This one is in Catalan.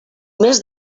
més